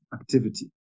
activity